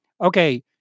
okay